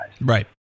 Right